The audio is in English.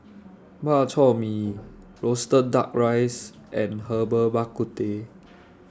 Bak Chor Mee Roasted Duck Rice and Herbal Bak Ku Teh